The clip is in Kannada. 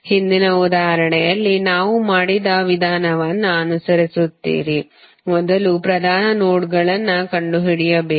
ಹಿಂದಿನ ಉದಾಹರಣೆಯಲ್ಲಿ ನಾವು ಮಾಡಿದ ವಿಧಾನವನ್ನು ಅನುಸರಿಸುತ್ತೀರಿಮೊದಲು ಪ್ರಧಾನ ನೋಡ್ಗಳನ್ನು ಕಂಡುಹಿಡಿಯಬೇಕು